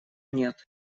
нет